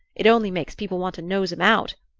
it only makes people want to nose em out,